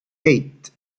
eight